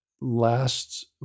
last